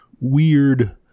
weird